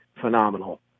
phenomenal